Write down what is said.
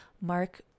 Mark